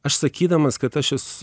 aš sakydamas kad aš esu